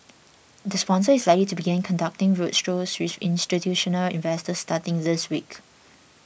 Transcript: the sponsor is likely to begin conducting road strolls with institutional investors starting this week